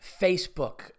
Facebook